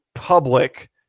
public